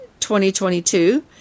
2022